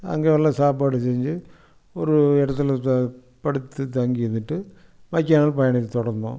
அங்கே எல்லாம் சாப்பாடு செஞ்சு ஒரு இடத்துல படுத்து தங்கி இருந்துவிட்டு மக்கை நாள் பயணத்தை தொடர்ந்தோம்